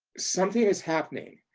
something is happening.